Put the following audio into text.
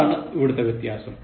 അതാണ് ഇവിടുത്തെ വ്യത്യാസം